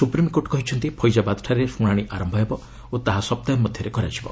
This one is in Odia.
ସୁପ୍ରିମକୋର୍ଟ କହିଛନ୍ତି ଫୈଜାବାଦଠାରେ ଶୁଣାଣି ଆରମ୍ଭ ହେବ ଓ ତାହା ସପ୍ତାହେ ମଧ୍ୟରେ କରାଯିବ